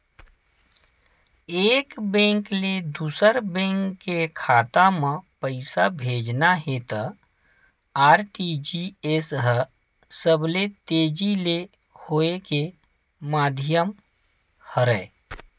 एक बेंक ले दूसर बेंक के खाता म पइसा भेजना हे त आर.टी.जी.एस ह सबले तेजी ले होए के माधियम हरय